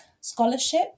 scholarship